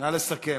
נא לסכם.